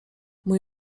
mój